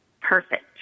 perfect